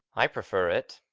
i prefer it.